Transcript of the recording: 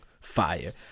Fire